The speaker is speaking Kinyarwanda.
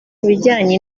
bijyanye